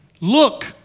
Look